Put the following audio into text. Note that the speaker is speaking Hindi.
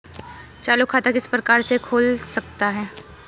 चालू खाता किस प्रकार से खोल सकता हूँ?